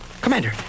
Commander